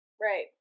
right